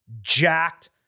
jacked